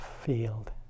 field